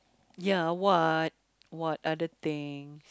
ya what what other thing